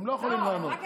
הם לא יכולים לענות.